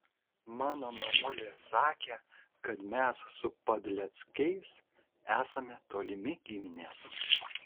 mano mamulė sakė kad mes su padleckiais esame tolimi giminės